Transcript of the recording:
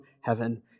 heaven